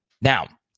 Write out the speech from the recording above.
Now